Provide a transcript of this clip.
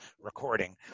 recording